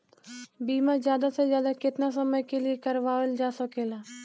बीमा ज्यादा से ज्यादा केतना समय के लिए करवायल जा सकेला?